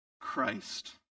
Christ